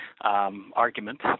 Argument